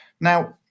Now